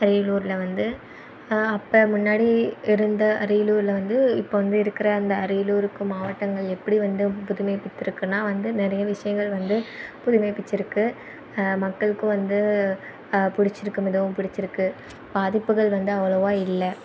அரியலூரில் வந்து அப்போ முன்னாடி இருந்த அரியலூரில் வந்து இப்போ வந்து இருக்கிற அந்த அரியலூருக்கு மாவட்டங்கள் எப்படி வந்து புதுமைப் பெற்றுக்குன்னா வந்து நிறைய விஷயங்கள் வந்து புதுமைப்பிச்சுருக்கு மக்களுக்கும் வந்து பிடிச்சிருக்கு மிகவும் பிடிச்சிருக்கு பாதிப்புகள் வந்து அவ்ளோவாக இல்லை